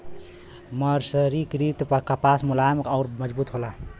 मर्सरीकृत कपास मुलायम आउर मजबूत होला